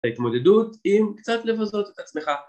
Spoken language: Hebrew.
ההתמודדות עם קצת לבזות את עצמך